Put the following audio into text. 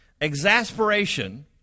Exasperation